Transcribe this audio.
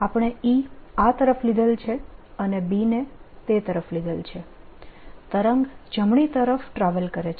આપણે E આ તરફ લીધેલ છે અને B ને તરફ લીધેલ છે તરંગ જમણી તરફ ટ્રાવેલ કરે છે